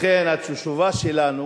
לכן התשובה שלנו